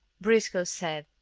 briscoe said.